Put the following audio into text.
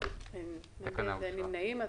אין מתנגדים ואין נמנעים.